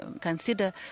consider